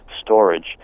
storage